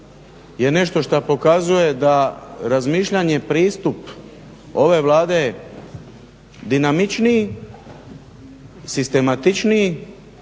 je nešto što pokazuje da razmišljanje i pristup ove Vlade dinamičniji, sistematičniji